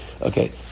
Okay